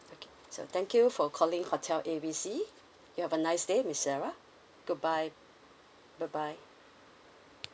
okay so thank you for calling hotel A B C you have a nice miss sarah goodbye bye bye